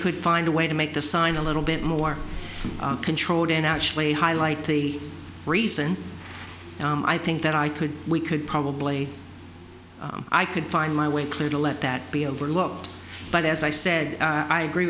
could find a way to make the sign a little bit more controlled and actually highlight the reason i think that i could we could probably i could find my way clear to let that be overlooked but as i said i agree